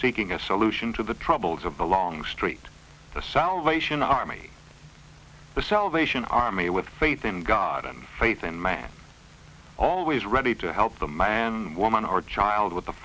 seeking a solution to the troubles of the long street the salvation army the salvation army with faith in god and faith in man always ready to help the man woman or child with